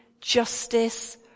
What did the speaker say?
justice